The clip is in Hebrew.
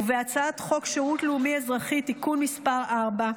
ובהצעת חוק שירות לאומי-אזרחי (תיקון מס' 4),